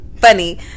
funny